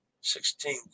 Sixteen